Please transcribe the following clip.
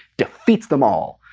defeats them all.